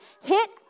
hit